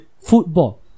football